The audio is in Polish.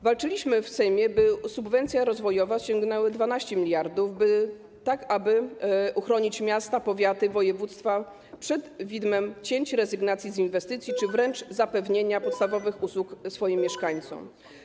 Walczyliśmy w Sejmie, by subwencja rozwojowa sięgnęła 12 mld, tak aby uchronić miasta, powiaty, województwa przed widmem cięć rezygnacji z inwestycji czy wręcz zapewnienia podstawowych usług swoim mieszkańcom.